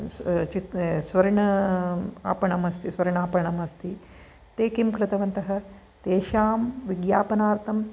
स्वर्ण आपणम् अस्ति स्वार्णापणमस्ति ते किं कृतवन्तः तेषां विज्ञापनार्थम